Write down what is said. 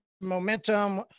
momentum